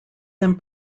them